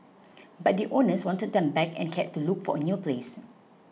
but the owners wanted them back and he had to look for a new place